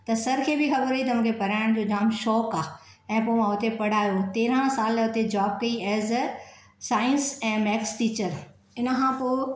त सर खे बि ख़बर हुई त मूंखे पढ़ाइण जो जाम शौक़ु आहे ऐं पोइ मां उते पढ़ायो तेरहां साल उते जॉब कई एज़ अ सांइस ऐं मैक्स टीचर इन खां पोइ